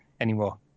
anymore